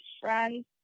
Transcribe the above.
friends